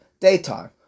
daytime